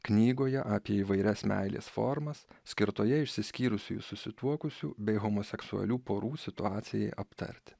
knygoje apie įvairias meilės formas skirtoje išsiskyrusiųjų susituokusių bei homoseksualių porų situacijai aptarti